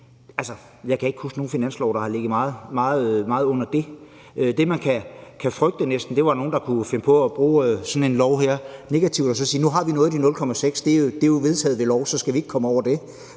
Jeg kan ikke huske nogen finanslov, der har ligget meget under det. Det, man næsten kan frygte, er, at nogen kunne finde på at bruge sådan en lov som den her negativt ved at sige: Nu har vi nået de 0,6 pct., der er vedtaget ved lov, så vi skal ikke komme over det.